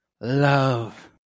love